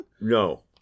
No